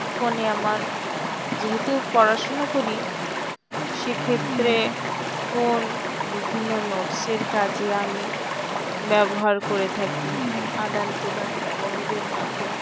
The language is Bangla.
ফোনে আমার যেহেতু পড়াশুনা করি সেক্ষেত্রে ফোন বিভিন্ন নোটসের কাজে আমি ব্যবহার করে থাকি আদান প্রদান বন্ধুদের মাধ্যমে